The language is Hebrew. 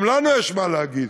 גם לנו יש מה להגיד.